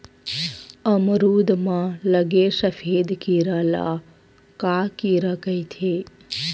अमरूद म लगे सफेद कीरा ल का कीरा कइथे?